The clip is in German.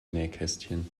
nähkästchen